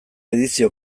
edizio